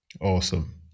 Awesome